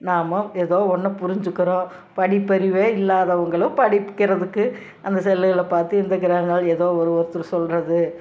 நாம் எதோ ஒன்று புரிஞ்சிக்குறோம் படிப்பறிவே இல்லாதவங்களும் படிக்கிறதுக்கு அந்த செல்லுகளை பார்த்து இந்த கிரகங்கள் எதோ ஒரு ஒருத்தர் சொல்லுறது